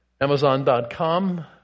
Amazon.com